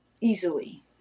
easily